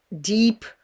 deep